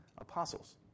apostles